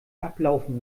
ablaufen